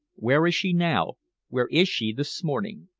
where is she now where is she this morning?